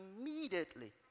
immediately